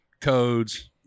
codes